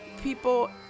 people